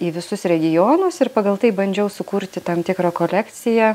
į visus regionus ir pagal tai bandžiau sukurti tam tikrą kolekciją